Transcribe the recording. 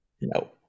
no